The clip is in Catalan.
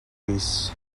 lluís